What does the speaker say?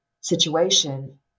situation